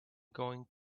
going